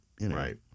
right